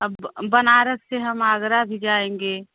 अब बनारस से हम आगरा भी जाएँगे